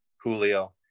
Julio